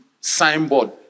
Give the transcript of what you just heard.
Signboard